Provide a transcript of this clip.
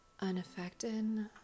Unaffected